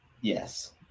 Yes